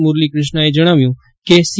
મુરલી ક્રિષ્નાએ જજ્ઞાવ્યું કે સી